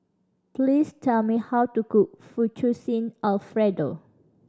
please tell me how to cook Fettuccine Alfredo